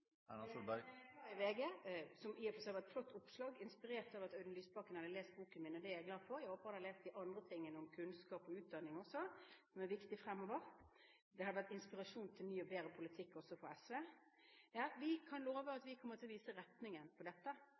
Erna Solberg kan love at forslaget til hvordan vi skal unngå nullskattytere, vil komme før stortingsvalget. Som jeg sa i VG, som i og for seg var et flott oppslag, inspirert av at Audun Lysbakken hadde lest boken min, og det er jeg glad for – jeg håper han har lest de andre tingene om kunnskap og utdanning også, som er viktig fremover og hadde vært en inspirasjon til en ny og bedre politikk